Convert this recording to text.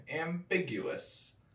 ambiguous